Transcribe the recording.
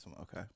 Okay